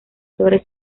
sobre